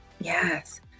Yes